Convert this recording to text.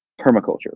permaculture